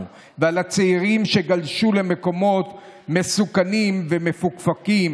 ועל הצעירים שגלשו למקומות מסוכנים ומפוקפקים,